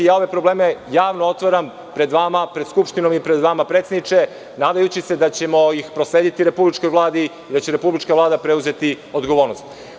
Ja ove probleme javno otvara pred vama, pred Skupštinom i pred vama, predsedniče, nadajući se da ćemo ih proslediti republičkoj Vladi i da će republička Vlada preuzeti odgovornost.